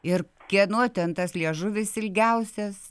ir kieno ten tas liežuvis ilgiausias